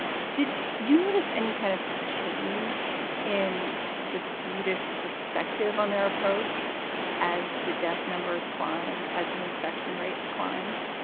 did you notice any kind of change in the swedish perspective on their approach as the death numbers climbed, as the infection rates climbed?